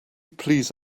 please